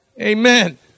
Amen